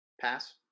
Pass